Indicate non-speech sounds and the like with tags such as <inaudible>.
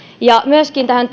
ja myöskin liittyen tähän <unintelligible>